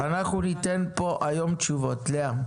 אנחנו ניתן פה היום תשובות, לאה.